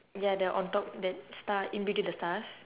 ya the on top that star in between the stars